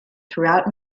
throughout